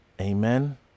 Amen